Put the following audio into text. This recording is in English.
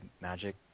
Magic